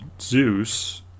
Zeus